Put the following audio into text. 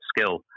skill